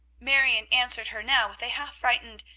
marion answered her now with a half-frightened,